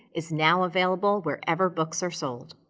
is now available wherever books are sold.